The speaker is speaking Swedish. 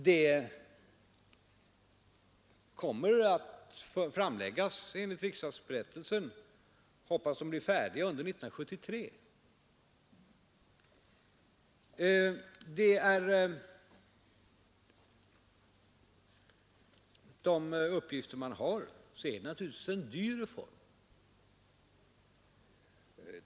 Resultatet av utredningen kommer att framläggas, och enligt riksdagsberättelsen hoppas de bli färdiga under 1973. Det är naturligtvis en dyr reform.